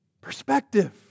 Perspective